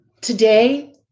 Today